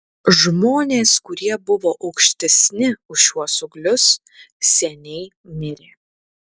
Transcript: žmonės kurie buvo aukštesni už šiuos ūglius seniai mirė